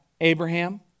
Abraham